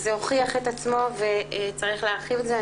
זה הוכיח את עצמו וצריך להרחיב את זה.